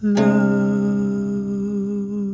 love